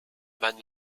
man